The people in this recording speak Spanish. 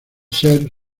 ser